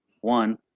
one